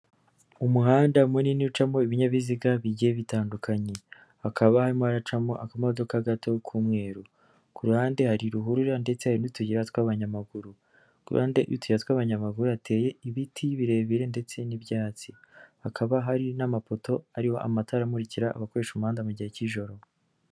Umuhanda munini ucamo ibinyabiziga bigiye bitandukanye, hakaba harimo haracamo akamodoka gato k'umweru, ku ruhande hari ruhurura ndetse hari n'utuyira tw'abanyamaguru, iruhande y'utuyira tw'abanyamaguru, hateye ibiti birebire, ndetse n'ibyatsi, hakaba hari n'amapoto ariho amatara, amurikira abakoresha umuhanda mu gihe cy'ijoro.